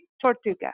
Tortuga